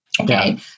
Okay